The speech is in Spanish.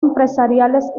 empresariales